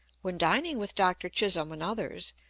when dining with dr. chisholm and others,